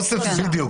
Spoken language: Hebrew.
בדיוק.